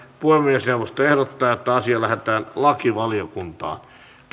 puhemiesneuvosto ehdottaa että asia lähetetään lakivaliokuntaan